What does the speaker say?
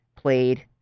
played